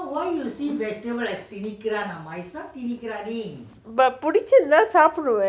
but பிடித்திருந்தா சாப்டுவேன்:pidichiruntha sapduven